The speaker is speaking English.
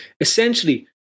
Essentially